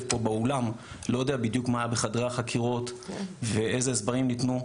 פה באולם לא יודע בדיוק מה היה בחדרי החקירות ואיזה הסברים ניתנו,